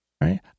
Right